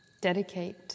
dedicate